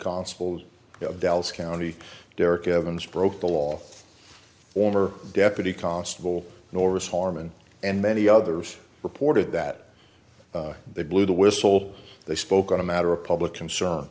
constable of dallas county derrick evans broke the law order deputy constable norris harman and many others reported that they blew the whistle they spoke on a matter of public concern